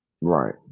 right